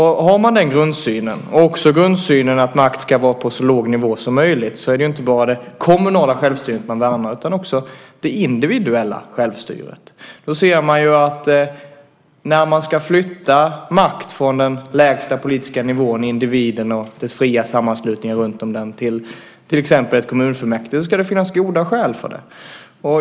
Har man den grundsynen, och också grundsynen att makt ska vara på så låg nivå som möjligt, är det inte bara det kommunala självstyret man värnar utan också det individuella självstyret. När man ska flytta makt från den lägsta politiska nivån, individen och de fria sammanslutningarna runtom den, till exempel till ett kommunfullmäktige ska det finnas goda skäl för det.